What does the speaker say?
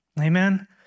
Amen